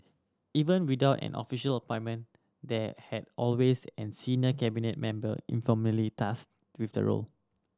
even without an official appointment there had always an senior Cabinet member informally tasked with the role